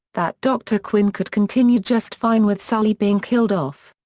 that dr. quinn could continue just fine with sully being killed off.